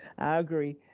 i agree.